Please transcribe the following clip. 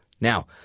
Now